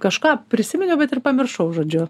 kažką prisiminiau bet ir pamiršau žodžiu